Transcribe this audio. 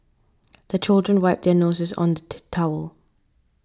the children wipe their noses on the the towel